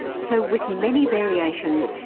so with many variations,